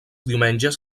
diumenges